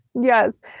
yes